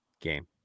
game